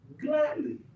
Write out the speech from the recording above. Gladly